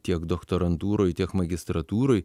tiek doktorantūroj tiek magistratūroj